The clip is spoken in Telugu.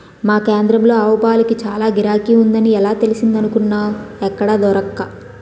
మా కేంద్రంలో ఆవుపాలకి చాల గిరాకీ ఉందని ఎలా తెలిసిందనుకున్నావ్ ఎక్కడా దొరక్క